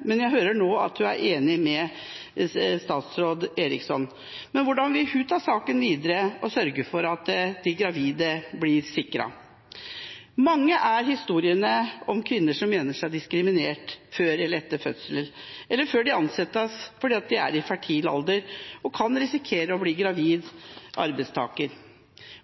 men jeg hører nå at hun er enig med statsråd Eriksson. Hvordan vil hun ta saken videre og sørge for at de gravide blir sikret? Mange er historiene om kvinner som mener seg diskriminert før eller etter fødsel eller før de skal ansettes, fordi de er i fertil alder og kan risikere å bli gravid arbeidstaker.